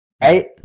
Right